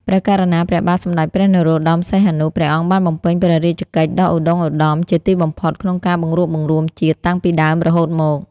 ព្រះករុណាព្រះបាទសម្តេចព្រះនរោត្តម សីហនុ ព្រះអង្គបានបំពេញព្រះរាជកិច្ចដ៏ឧត្តុង្គ ឧត្តមជាទីបំផុតក្នុងការបង្រួបបង្រួមជាតិតាំងពីដើមរហូតមក។